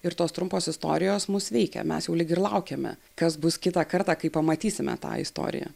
ir tos trumpos istorijos mus veikia mes jau lyg ir laukiame kas bus kitą kartą kai pamatysime tą istoriją